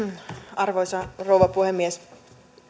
arvoisa rouva puhemies